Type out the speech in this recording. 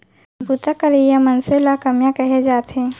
बूता करइया मनसे ल कमियां कहे जाथे